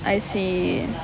I see